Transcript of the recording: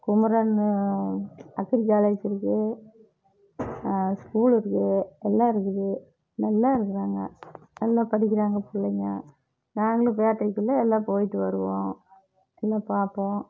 குமரன்னு agri college இருக்குது school இருக்குது எல்லாம் இருக்குது நல்லா இருக்கிறாங்க நல்லா படிக்கிறாங்க பிள்ளைங்க நாங்களும் ஃபேக்ட்ரிக்கெல்லாம் எல்லாம் போயிட்டு வருவோம் எல்லாம் பார்ப்போம்